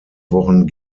wochen